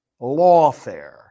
lawfare